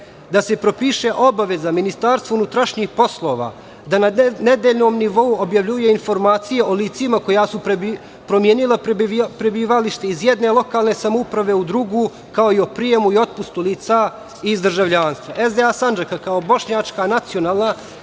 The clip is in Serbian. Da se propiše obaveza Ministarstvu unutrašnjih poslova da na nedeljnom nivou objavljuje informacije o licima koja su promenila prebivalište iz jedne lokalne samouprave u drugu, kao i o prijemu i otpustu lica iz državljanstva. Stranka demokratske akcije